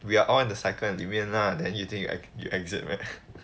we are all in the cycle 里面 lah then you think I can you exit meh